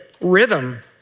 rhythm